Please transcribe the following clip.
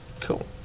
Cool